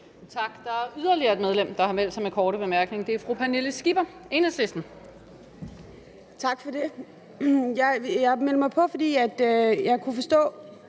Tak. Der er yderligere et medlem, der har meldt sig med korte bemærkninger. Det er fru Pernille Skipper, Enhedslisten. Kl. 10:50 Pernille Skipper (EL): Tak for det.